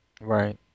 Right